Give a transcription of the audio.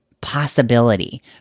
possibility